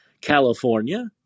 California